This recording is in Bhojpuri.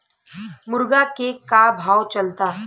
मुर्गा के का भाव चलता?